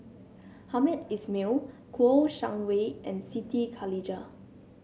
Hamed Ismail Kouo Shang Wei and Siti Khalijah